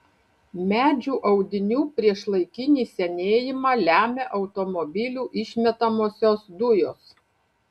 medžių audinių priešlaikinį senėjimą lemia automobilių išmetamosios dujos